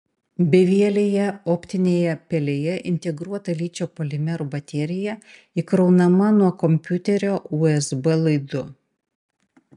bevielėje optinėje pelėje integruota ličio polimerų baterija įkraunama nuo kompiuterio usb laidu